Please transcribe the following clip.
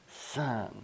sun